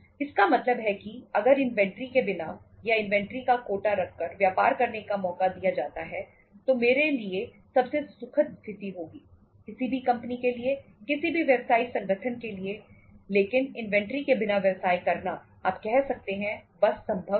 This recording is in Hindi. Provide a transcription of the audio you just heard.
इसका मतलब है कि अगर इन्वेंट्री के बिना या इन्वेंट्री का कोटा रखकर व्यापार करने का मौका दिया जाता है तो मेरे लिए सबसे सुखद स्थिति होगी किसी भी कंपनी के लिए किसी भी व्यावसायिक संगठन के लिए लेकिन इन्वेंट्री के बिना व्यवसाय करना आप कह सकते हैं बस संभव नहीं है